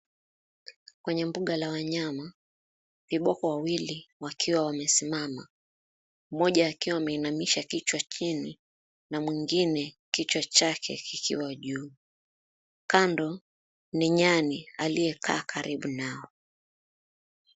Kwenye bunga la wanyama Viboko wawili wakiwa wamesimama moja akiwa ameinamisha kichwa chini na mwingine kichwa chake kikiwa juu, kando ni Nyani aliyekaa karibu nao.